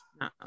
No